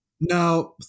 Now